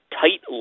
tight